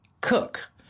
cook